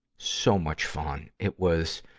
so much fun. it was,